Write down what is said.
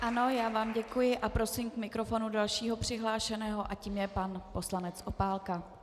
Ano, já vám děkuji a prosím k mikrofonu dalšího přihlášeného a tím je pan poslanec Opálka.